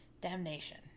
damnation